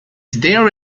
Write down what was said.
there